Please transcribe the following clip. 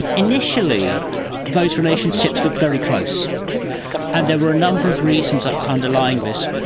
initially those relationships looked very close. and there were a number of reasons um underlying this.